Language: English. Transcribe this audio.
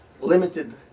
limited